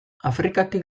afrikatik